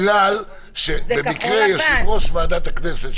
כי במקרה יושב-ראש ועדת הכנסת,